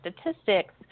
statistics